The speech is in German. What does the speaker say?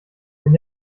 wenn